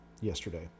yesterday